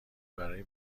برای